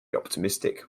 optimistic